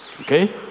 Okay